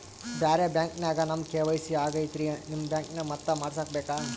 ಬ್ಯಾರೆ ಬ್ಯಾಂಕ ನ್ಯಾಗ ನಮ್ ಕೆ.ವೈ.ಸಿ ಆಗೈತ್ರಿ ನಿಮ್ ಬ್ಯಾಂಕನಾಗ ಮತ್ತ ಮಾಡಸ್ ಬೇಕ?